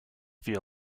via